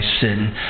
sin